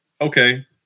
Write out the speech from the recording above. okay